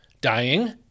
dying